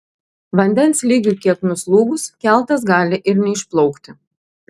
vandens lygiui kiek nuslūgus keltas gali ir neišplaukti